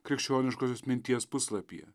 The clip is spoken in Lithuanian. krikščioniškosios minties puslapyje